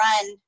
run